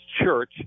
Church